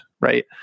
Right